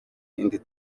indi